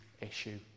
issue